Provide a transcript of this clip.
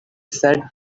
said